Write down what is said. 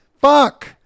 fuck